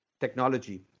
technology